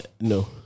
No